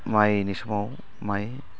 माइनि समाव माइ